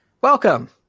Welcome